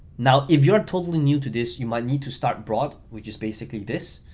now if you're totally new to this, you might need to start broad, which is basically this.